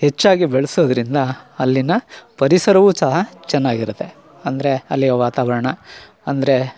ಹೆಚ್ಚಾಗಿ ಬೆಳೆಸೋದರಿಂದ ಅಲ್ಲಿನ ಪರಿಸರವು ಸಹ ಚೆನ್ನಾಗಿರತ್ತೆ ಅಂದರೆ ಅಲ್ಲಿಯ ವಾತಾವರಣ ಅಂದರೆ